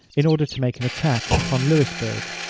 in order to make an attack upon louisbourgh.